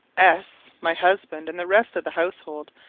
s, my husband, and the rest of the household,